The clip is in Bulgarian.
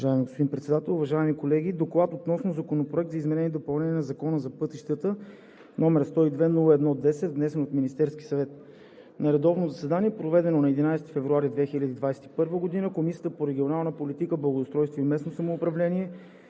уважаеми колеги! „ДОКЛАД относно Законопроект за изменение и допълнение на Закона за пътищата, № 102-01-10, внесен от Министерския съвет На редовно заседание, проведено на 11 февруари 2021 г., Комисията по регионална политика, благоустройство и местно самоуправление